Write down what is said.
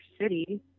city